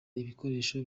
ibikoresho